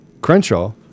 Crenshaw